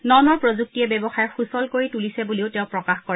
ন ন প্ৰযুক্তিয়ে ব্যৱসায় সুচল কৰি তুলিছে বুলিও তেওঁ প্ৰকাশ কৰে